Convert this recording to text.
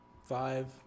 Five